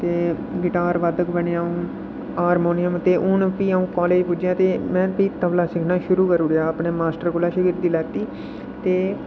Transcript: ते गिटारबाधक बनेआ अ'ऊं हारमोनियम ते हून फ्ही अ'ऊं कालज पुज्जेआ ते में फ्ही तबला सिक्खना शुरु करी ओड़ेआ अपने मास्टर कोला परमिशन लैती ते